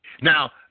Now